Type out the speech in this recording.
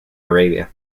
arabia